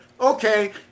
okay